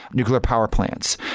nuclear power plants,